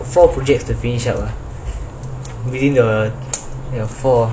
four projects to finish up within the four